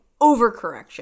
overcorrection